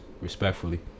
respectfully